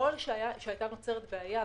ככל שהייתה נוצרת בעיה,